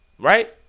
Right